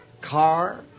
car